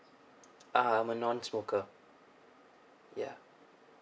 uh I'm a non smoker ya